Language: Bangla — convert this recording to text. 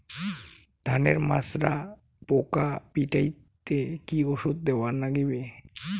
ধানের মাজরা পোকা পিটাইতে কি ওষুধ দেওয়া লাগবে?